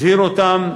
הזהיר אותם,